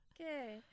okay